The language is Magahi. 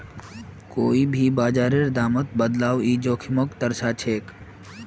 कोई भी बाजारेर दामत बदलाव ई जोखिमक दर्शाछेक